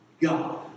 God